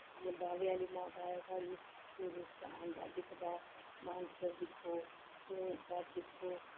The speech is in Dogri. जि'यां बावे आह्ली माता ऐ साढ़ी टूरिस्ट आंदा दिखदा मानसर दिक्खो सरूईंसर दिक्खो